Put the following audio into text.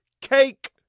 Cake